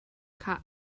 cut